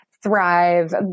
thrive